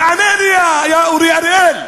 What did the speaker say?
תענה לי, יא אורי אריאל.